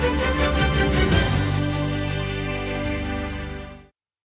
Дякую.